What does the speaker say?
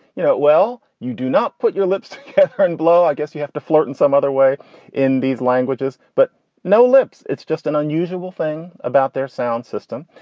you know well, you do not put your lips together and blow. i guess you have to flirt in some other way in these languages, but no lips. it's just an unusual thing about their sound system.